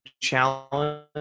challenge